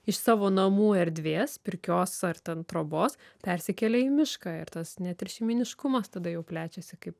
iš savo namų erdvės pirkios ar ten trobos persikelia į mišką ir tas net ir šeimyniškumas tada jau plečiasi kaip